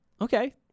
Okay